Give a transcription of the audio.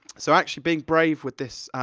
so, actually, being brave with this,